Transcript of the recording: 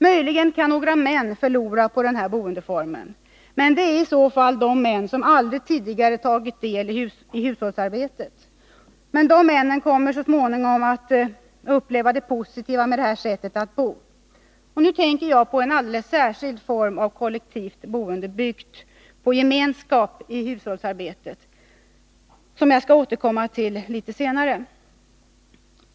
Möjligen kan några män förlora på denna boendeform. Men det är i så fall de män som aldrig tidigare tagit del i hushållsarbetet. De männen kommer emellertid att så småningom uppleva det positiva med detta sätt att bo. Nu tänker jag på en alldeles särskild form av kollektivt boende, byggd på gemenskap i hushållsarbetet, som jag skall återkomma till senare.